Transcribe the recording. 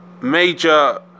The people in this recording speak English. major